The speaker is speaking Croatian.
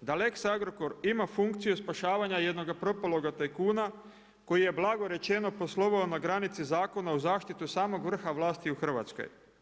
da lex Agrokor ima funkciju spašavanja jednoga propaloga tajkuna koji je blago rečeno poslovao na granici zakona u zaštitu samog vrha vlasti u Hrvatskoj.